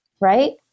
Right